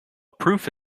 proof